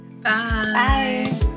Bye